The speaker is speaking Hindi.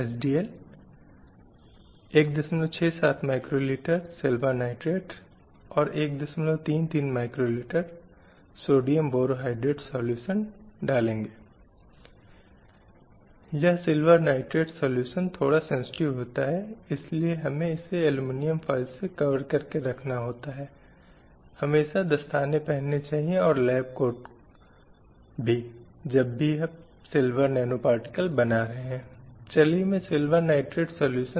इसलिए पहली बार स्वतंत्रता समानता की अवधारणाओं ने अपना रास्ता बना लिया और कुछ बड़े आंदोलन हुए समाज सुधार आंदोलन राष्ट्रवादी आंदोलन आदि हुए और इन्होंने महिलाओं के अधिकारों के मुद्दों को संबोधित करने और समाज में महिलाओं की स्थिति में सुधार करने का प्रयास किया जैसा कि हम जानते हैं यह भी ब्रिटिश काल के दौरान